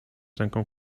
ręką